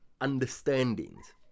understandings